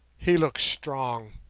he looks strong,